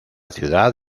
ciudad